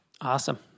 Awesome